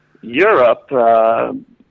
Europe